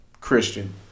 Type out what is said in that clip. Christian